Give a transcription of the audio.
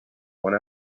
one